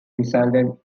resulted